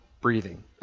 breathing